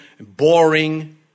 boring